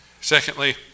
Secondly